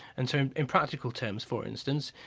and so in practical terms, for instance,